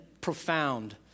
profound